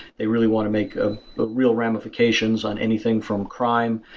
they really want to make ah ah real ramifications on anything from crime,